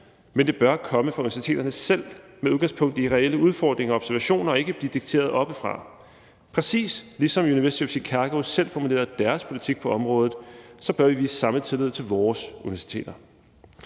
men det bør komme fra universiteterne selv med udgangspunkt i reelle udfordringer og observationer og ikke blive dikteret oppefra. Præcis ligesom University of Chicago selv formulerede deres politik på området, bør vi vise samme tillid til vores universiteter.